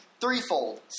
threefold